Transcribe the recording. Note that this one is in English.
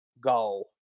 go